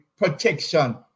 protection